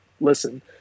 listen